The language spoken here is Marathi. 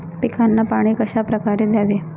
पिकांना पाणी कशाप्रकारे द्यावे?